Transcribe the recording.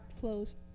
flows